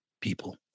people